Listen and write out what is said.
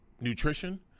nutrition